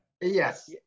Yes